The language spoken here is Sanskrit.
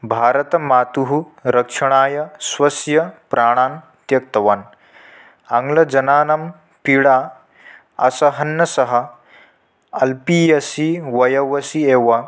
भारतमातुः रक्षणाय स्वस्य प्राणान् त्यक्तवान् आङ्ग्लजनानां पीडाम् असहन् सः अल्पीयसि वयसि एव